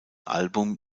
album